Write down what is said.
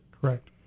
Correct